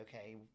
okay